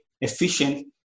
efficient